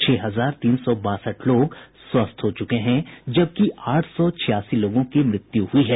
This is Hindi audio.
छह हजार तीन सौ बासठ लोग स्वस्थ हो चुके हैं जबकि आठ सौ छियासी लोगों की मृत्यु हुई है